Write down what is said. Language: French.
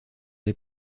des